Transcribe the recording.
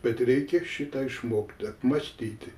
bet reikia šitą išmokti apmąstyti